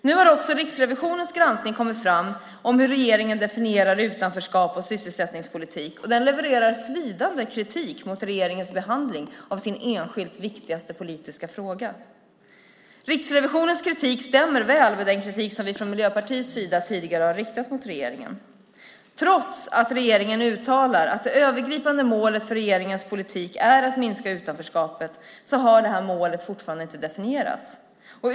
Nu har också Riksrevisionens granskning kommit fram om hur regeringen definierar utanförskap och sysselsättningspolitik. Den levererar svidande kritik mot regeringens behandling av sin enskilt viktigaste politiska fråga. Riksrevisionens kritik stämmer väl med den kritik som vi från Miljöpartiets sida tidigare har riktat mot regeringen. Trots att regeringen uttalar att det övergripande målet för regeringens politik är att minska utanförskapet har det målet fortfarande inte definierats.